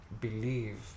believe